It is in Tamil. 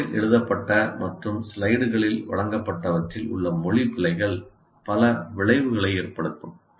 போர்டில் எழுதப்பட்ட மற்றும் ஸ்லைடுகளில் வழங்கப்பட்டவற்றில் உள்ள மொழி பிழைகள் பல விளைவுகளை ஏற்படுத்தும்